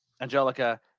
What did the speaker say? Angelica